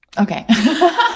okay